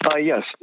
Yes